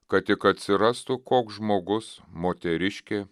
kad tik atsirastų koks žmogus moteriškė